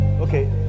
Okay